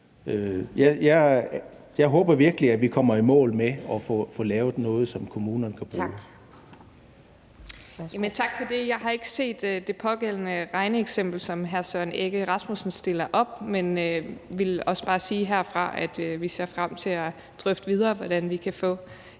næstformand (Pia Kjærsgaard): Tak. Værsgo. Kl. 11:32 Anne Paulin (S): Tak for det. Jeg har ikke set det pågældende regneeksempel, som hr. Søren Egge Rasmussen stiller op, men jeg vil også bare sige herfra, at vi ser frem til at drøfte videre, hvordan vi kan få